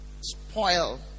spoil